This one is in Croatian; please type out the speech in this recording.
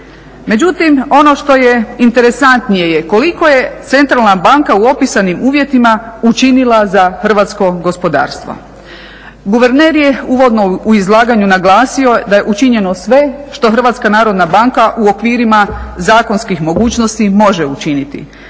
Međutim, ono što je interesantnije je koliko je centralna banka u opisanim uvjetima učinila za hrvatsko gospodarstvo? Guverner je uvodno u izlaganju naglasio da je učinjeno sve što Hrvatska narodna banka u okvirima zakonskim mogućnosti može učiniti.